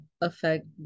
affect